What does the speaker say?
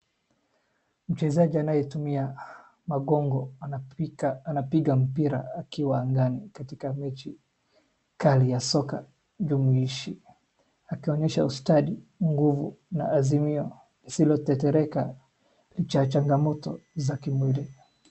Mchezaji anayetumia magongo anapiga mpira akiwa angani katika mechi kali ya soka jumlishi, akionyesha ustadi, nguvu na azimio lisilotetereka licha ya changamoto za kimwili.